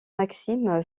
maxime